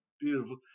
beautiful